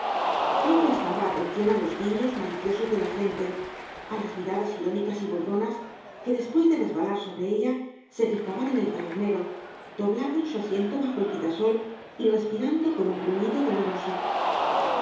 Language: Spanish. no prestaba atención á lo guiños maliciobos de la gente á las miradas irónicas y burlonas que después de resbalar sobre ella se fijaban en el tabernero doblado en su asiento bajo el quitasol y respirando con un gruñido doloroso lo